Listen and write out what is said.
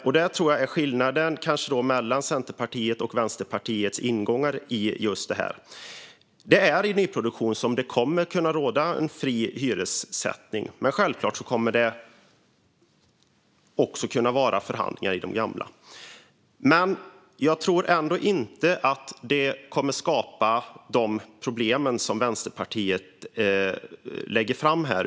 Det är där det finns skillnader mellan Centerpartiets och Vänsterpartiets ingångar i detta. Det är i nyproduktion som det kommer att kunna råda en fri hyressättning. Men självklart kommer det också att kunna vara förhandlingar när det gäller det gamla beståndet. Men jag tror ändå inte att det kommer att skapa de problem som Vänsterpartiet tar upp här.